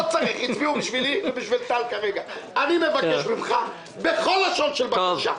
אני מבקש ממך בכל לשון של בקשה,